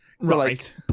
right